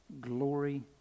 glory